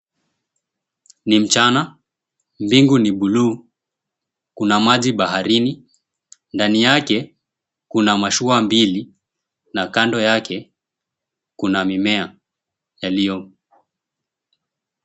Ni mchana. Mbingu ni buluu. Kuna maji baharini. Ndani yake kuna mashua mbili na kando yake kuna mimea yaliyo...